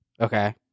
Okay